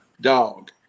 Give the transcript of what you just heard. dog